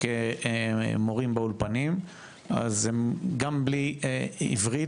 מורים באולפנים אז הם גם בלי עברית,